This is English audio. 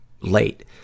late